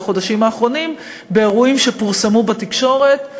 בחודשים האחרונים לגבי אירועים שפורסמו בתקשורת.